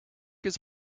his